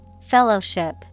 Fellowship